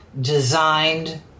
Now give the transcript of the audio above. designed